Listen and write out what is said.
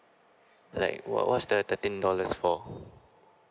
like what was the thirteen dollars for